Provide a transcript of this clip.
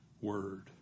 word